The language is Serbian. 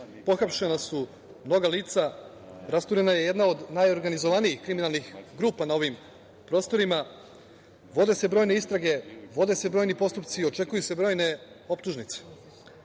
Pohapšena su mnoga lica, rasturena je jedna od najorganizovanijih kriminalnih grupa na ovim prostorima. Vode se brojne istrage, vode se brojni postupci, očekuju se brojne optužnice. Sva